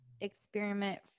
experiment